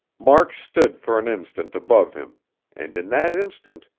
mark stood for an instant above him and in that instant,